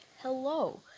Hello